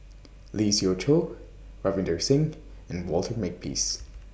Lee Siew Choh Ravinder Singh and Walter Makepeace